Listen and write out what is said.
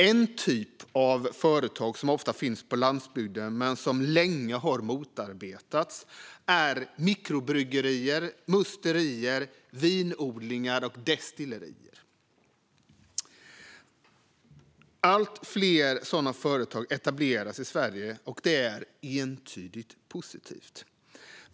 En typ av företag som ofta finns på landsbygden men som länge har motarbetats är mikrobryggerier, musterier, vinodlingar och destillerier. Allt fler sådana företag etableras i Sverige, och det är entydigt positivt.